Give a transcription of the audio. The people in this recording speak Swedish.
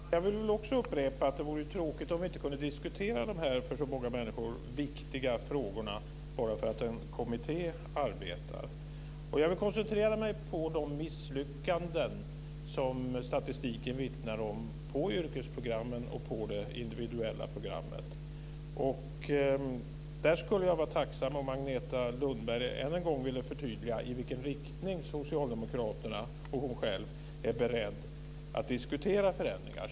Fru talman! Jag vill också upprepa att det vore tråkigt om vi inte kunde diskutera de här frågorna som är så viktiga för många människor bara för att en kommitté arbetar. Jag vill koncentrera mig på de misslyckanden som statistiken vittnar om på yrkesprogrammen och på det individuella programmet. Där skulle jag vara tacksam om Agneta Lundberg än en gång ville förtydliga i vilken riktning Socialdemokraterna och hon själv är beredda att diskutera förändringar.